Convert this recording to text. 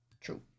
true